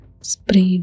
spread